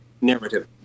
narrative